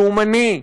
לאומי,